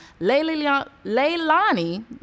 Leilani